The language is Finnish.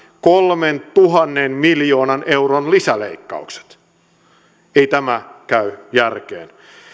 kolmentuhannen miljoonan euron lisäleikkaukset ei tämä käy järkeen